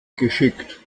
geschickt